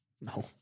No